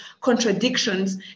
contradictions